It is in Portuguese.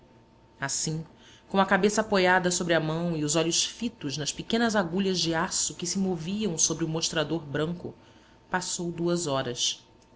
assim com a cabeça apoiada sobre a mão e os olhos fitos nas pequenas agulhas de aço que se moviam sobre o mostrador branco passou duas horas